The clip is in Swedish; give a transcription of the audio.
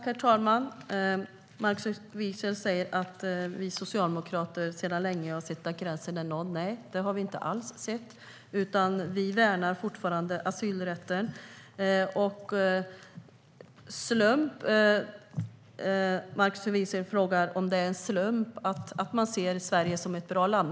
Herr talman! Markus Wiechel säger att vi socialdemokrater sedan länge har sett att gränsen är nådd. Nej, det har vi inte alls sett. Vi värnar fortfarande asylrätten. Markus Wiechel frågar om det är en slump att man ser Sverige som ett bra land.